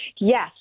Yes